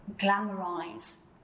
glamorize